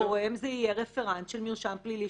הגורם יהיה רפרנט של מרשם פלילי,